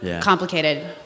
complicated